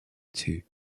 two